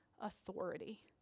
authority